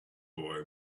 boy